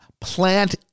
plant